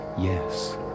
yes